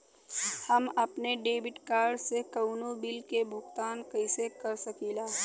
हम अपने debit card से कउनो बिल के भुगतान कइसे कर सकीला?